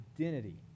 identity